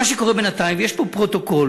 מה שקורה בינתיים, ויש פה פרוטוקול